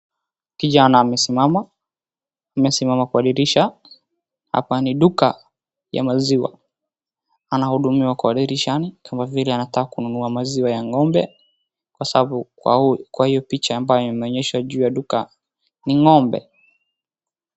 Kijana amesimama, amesimama kwa dirisha, hapa ni duka ya maziwa. Anahudumiwa kwa dirishani kama vile anataka kununua maziwa ya ng'ombe kwa sababu kwa huu, kwa hiyo picha ambaye imeonyesha juu ya duka, ni ng'ombe.